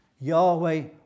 Yahweh